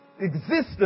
existence